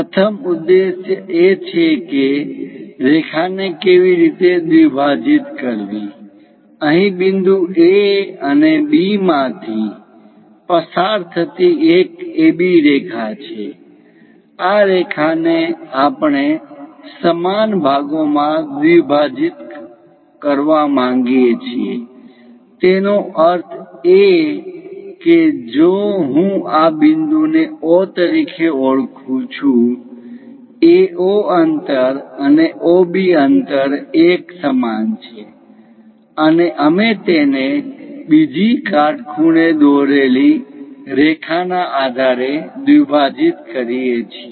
પ્રથમ ઉદ્દેશ એ છે કે રેખા ને કેવી રીતે દ્વિભાજીત કરવી અહીં બિંદુ A અને B માંથી પસાર થતી એક AB રેખા છે આ રેખા ને આપણે સમાન ભાગોમાં દ્વિભાજત કરવા માંગીએ છીએ તેનો અર્થ એ કે જો હું આ બિંદુને O તરીકે ઓળખું છું AO અંતર અને OB અંતર એક સમાન છે અને અમે તેને બીજી કાટખૂણે દોરેલી રેખા ના આધારે દ્વિભાજત કરીએ છીએ